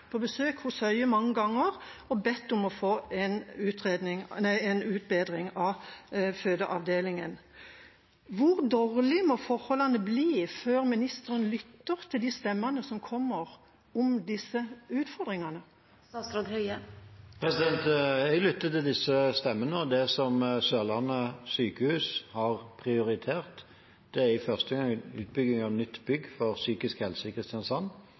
på besøk hos Høie mange ganger og bedt om å få en utbedring av fødeavdelingen. Hvor dårlige må forholdene bli før ministeren lytter til de stemmene som kommer om disse utfordringene? Jeg lytter til disse stemmene, og det Sørlandet sykehus har prioritert, er i første omgang utbygging av nytt bygg for psykisk helse i Kristiansand.